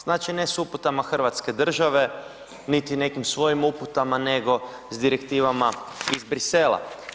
Znači ne s uputama hrvatske države niti nekim svojim uputama nego s direktivama iz Bruxellesa.